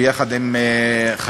ביחד עם חברי